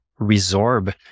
resorb